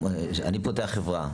אני פותח חברה.